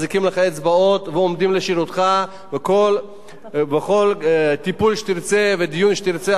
מחזיקים לך אצבעות ועומדים לשירותך בכל טיפול שתרצה ודיון שתרצה,